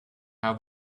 how